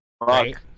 Right